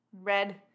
Red